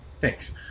Thanks